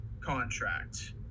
contract